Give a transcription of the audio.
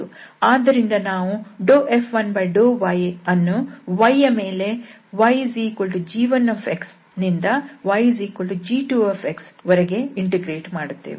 ಆದ್ದರಿಂದ ನಾವುF1∂y ಅನ್ನು y ಯ ಮೇಲೆ yg1 ಇಂದ yg2 ವರೆಗೆ ಇಂಟಿಗ್ರೇಟ್ ಮಾಡುತ್ತೇವೆ